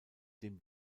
dem